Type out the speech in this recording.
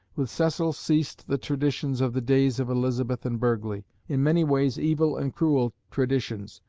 with cecil ceased the traditions of the days of elizabeth and burghley, in many ways evil and cruel traditions,